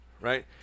Right